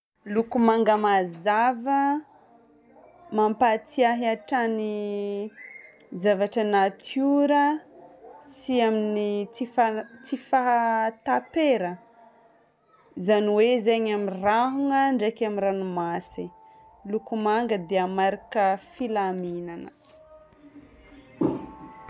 Loko manga mazava: mampahatsiahy hatrany zavatra natiora sy amin'ny tsy fana- tsy fahatapera, izany hoe zegny amin'ny rahogna ndraiky amin'ny ranomasigny. Loko manga dia marika filamignana.